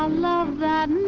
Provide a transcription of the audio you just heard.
um love that